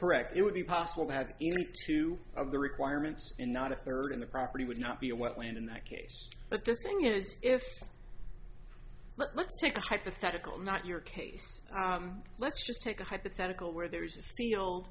correct it would be possible to have two of the requirements and not a third of the property would not be a wetland in that case but the thing is if but let's take a hypothetical not your case let's just take a hypothetical where there's a